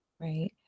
Right